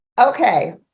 okay